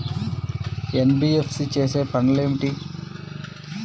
NBFC చేసే పనులు ఏమిటి?